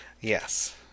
Yes